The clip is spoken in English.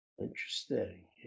Interesting